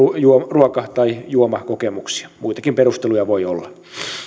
ruoka tai juomakokemuksia muitakin perusteluja voi olla